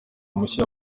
mushya